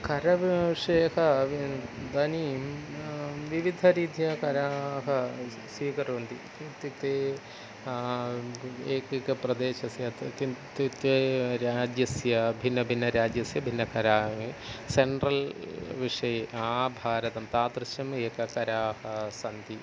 करः व् विषयः व् इदनिं विविधरीत्या कराः स्वीकर्वन्ति इत्युक्ते एकैकप्रदेशस्य राज्यस्य भिन्नभिन्नराज्यस्य भिन्नकराः सेण्ट्रल् विषये आभारतं तादृशम् एक कराः सन्ति